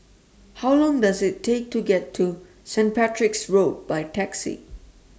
How Long Does IT Take to get to St Patrick's Road By Taxi